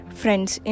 friends